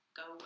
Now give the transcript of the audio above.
go